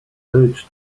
urged